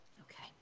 Okay